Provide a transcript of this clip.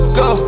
go